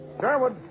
Sherwood